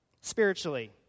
spiritually